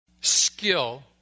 skill